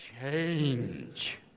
change